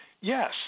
yes